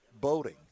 boating